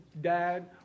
dad